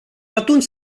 atunci